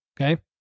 okay